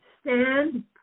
stand